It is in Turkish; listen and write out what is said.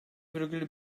virgül